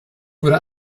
wurde